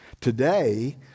Today